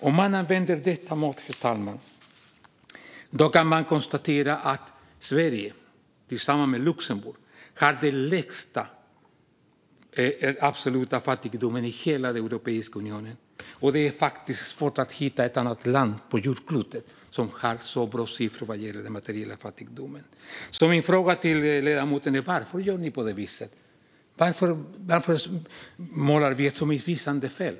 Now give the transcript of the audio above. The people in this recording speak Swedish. Om man använder detta mått, herr talman, kan man konstatera att Sverige tillsammans med Luxemburg har den lägsta absoluta fattigdomen i hela Europeiska unionen. Det är faktiskt svårt att hitta ett annat land på jordklotet som har så bra siffror vad gäller den materiella fattigdomen. Min fråga till ledamoten är: Varför gör ni på detta vis? Varför målar ni en så missvisande bild av pensionärernas läge i Sverige?